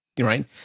right